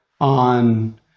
on